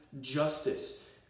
justice